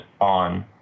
on